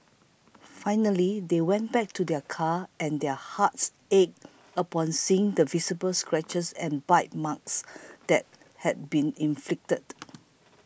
finally they went back to their car and their hearts ached upon seeing the visible scratches and bite marks that had been inflicted